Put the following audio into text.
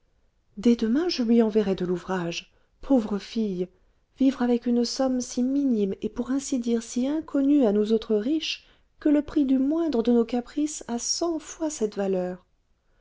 dès demain je lui enverrai de l'ouvrage pauvre fille vivre avec une somme si minime et pour ainsi dire si inconnue à nous autres riches que le prix du moindre de nos caprices a cent fois cette valeur